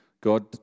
God